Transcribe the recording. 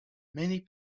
many